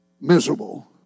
miserable